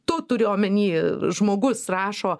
tu turiu omeny žmogus rašo